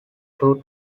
two